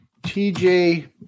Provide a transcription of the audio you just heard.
TJ